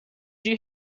you